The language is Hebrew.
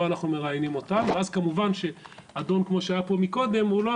לא אנחנו מראיינים אותם." ואז כמובן שאדון כמו שהיה פה מקודם הוא לא,